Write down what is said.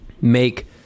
make